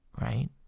right